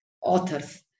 authors